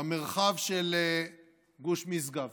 במרחב של גוש משגב,